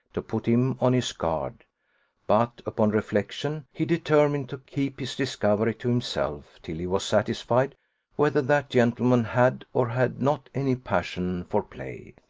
to put him on his guard but, upon reflection, he determined to keep his discovery to himself, till he was satisfied whether that gentleman had or had not any passion for play.